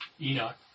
Enoch